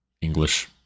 English